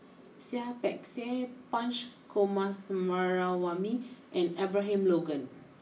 Seah Peck Seah Punch Coomaraswamy and Abraham Logan